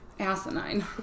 Asinine